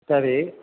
சரி